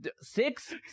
six